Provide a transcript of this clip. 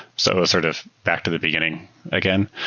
so sort of back to the beginning again.